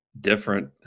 different